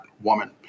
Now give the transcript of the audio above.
woman